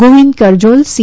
Govind Karjol C